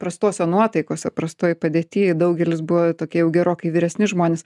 prastose nuotaikose prastoj padėty daugelis buvo tokie jau gerokai vyresni žmonės